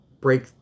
break